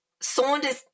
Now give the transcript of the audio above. Saunders